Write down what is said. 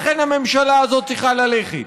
לכן הממשלה הזאת צריכה ללכת.